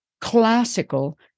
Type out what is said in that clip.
classical